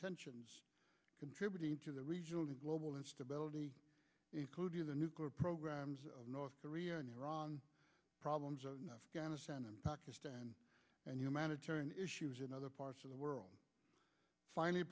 tensions contributing to the regional and global instability including the nuclear programs of north korea and iran one zone afghanistan and pakistan and humanitarian issues in other parts of the world finally